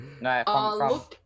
No